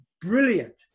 brilliant